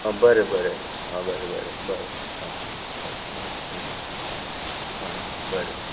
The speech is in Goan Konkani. आं बरें बरें बरें बरें चल थँक्यू थँक्यू आं बरें